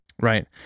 Right